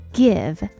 give